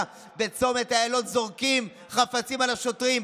בצומת איילון זורקים חפצים על השוטרים,